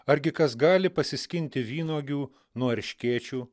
argi kas gali pasiskinti vynuogių nuo erškėčių